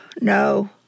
no